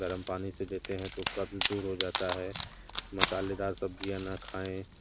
गर्म पानी से देते हैं तो कब्ज़ दूर हो जाता है मसालेदार सब्ज़ियां ना खाएं